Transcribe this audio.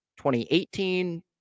2018